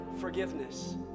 forgiveness